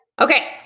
Okay